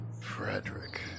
Frederick